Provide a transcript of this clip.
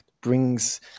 brings